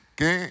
que